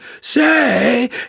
Say